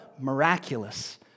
miraculous